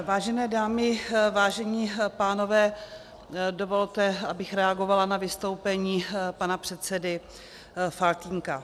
Vážené dámy, vážení pánové, dovolte, abych reagovala na vystoupení pana předsedy Faltýnka.